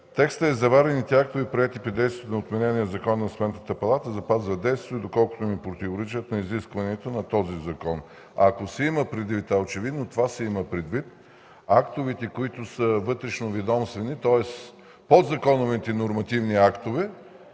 Текстът е: „Заварените актове, приети при действието на отменения закон за Сметната палата, запазват действието си, доколкото не противоречат на изискванията на този закон”. Ако се има предвид, а очевидно това се има предвид – актовете, които са вътрешноведомствени, тоест подзаконовите нормативни актове